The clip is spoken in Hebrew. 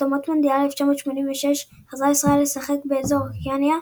במוקדמות מונדיאל 1986 חזרה ישראל לשחק באזור אוקיאניה,